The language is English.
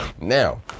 Now